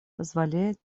позволяет